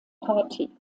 party